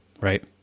Right